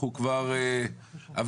אנחנו כבר עברנו,